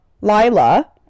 Lila